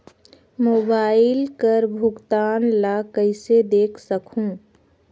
Mobile कर भुगतान ला कइसे देख सकहुं?